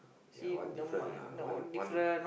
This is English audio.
that one different lah one one